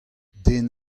den